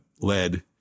led